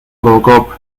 robocop